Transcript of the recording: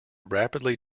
rapidly